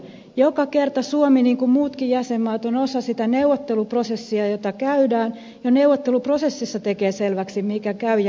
joka kerta suomi niin kuin muutkin jäsenmaat on osa sitä neuvotteluprosessia jota käydään ja jo neuvotteluprosessissa tekee selväksi mikä käy ja mikä ei